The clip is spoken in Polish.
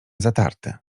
zatarte